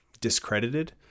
discredited